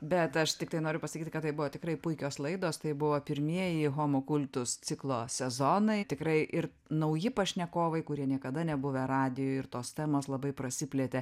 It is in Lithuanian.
bet aš tiktai noriu pasakyti kad tai buvo tikrai puikios laidos tai buvo pirmieji homo kultus ciklo sezonai tikrai ir nauji pašnekovai kurie niekada nebuvę radijuj ir tos temos labai prasiplėtė